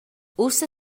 ussa